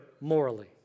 morally